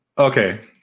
Okay